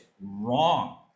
wrong